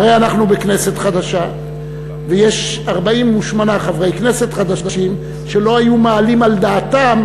והרי אנחנו בכנסת חדשה ויש 48 חברי כנסת חדשים שלא היו מעלים על דעתם,